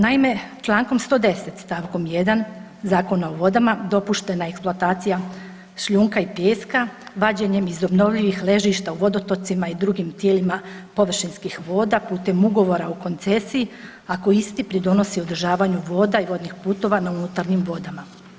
Naime, čl. 110. st. 1. Zakona o vodama dopuštena je eksploatacija šljunka i pijeska vađenjem iz obnovljivih ležišta u vodotocima i drugim tijelima površinskih voda putem Ugovora o koncesiji ako isti pridonosi održavanju voda i vodnih putova na unutarnjim vodama.